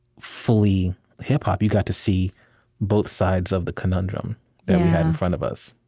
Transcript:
fully hip-hop, you got to see both sides of the conundrum that we had in front of us.